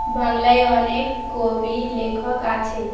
বাংলায় অনেক কবি লেখক আছে